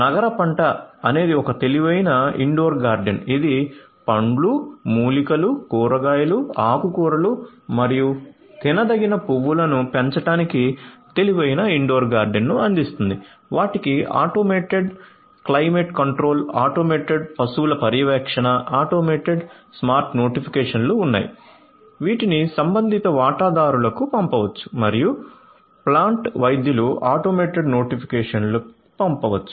నగర పంట అనేది ఒక తెలివైన ఇండోర్ గార్డెన్ ఇది పండ్లు మూలికలు కూరగాయలు ఆకుకూరలు మరియు తినదగిన పువ్వులను పెంచడానికి తెలివైన ఇండోర్ గార్డెన్ను అందిస్తుంది వాటికి ఆటోమేటెడ్ క్లైమేట్ కంట్రోల్ ఆటోమేటెడ్ పశువుల పర్యవేక్షణ ఆటోమేటెడ్ స్మార్ట్ నోటిఫికేషన్లు ఉన్నాయి వీటిని సంబంధిత వాటాదారులకు పంపవచ్చు మరియు ప్లాంట్ వైద్యుల ఆటోమేటెడ్ నోటిఫికేషన్లు పంపవచ్చు